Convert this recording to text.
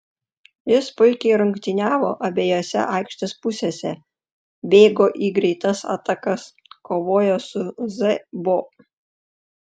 jis puikiai rungtyniavo abejose aikštės pusėse bėgo į greitas atakas kovojo su z bo